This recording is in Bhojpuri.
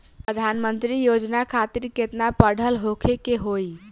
प्रधानमंत्री योजना खातिर केतना पढ़ल होखे के होई?